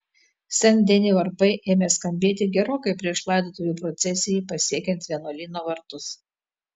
sen deni varpai ėmė skambėti gerokai prieš laidotuvių procesijai pasiekiant vienuolyno vartus